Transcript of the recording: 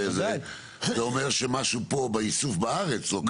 זה אומר שמשהו פה באיסוף בארץ לא תקין.